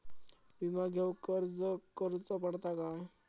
विमा घेउक अर्ज करुचो पडता काय?